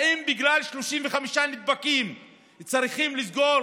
האם בגלל 35 נדבקים צריכים לסגור